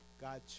God